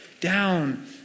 down